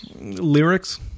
lyrics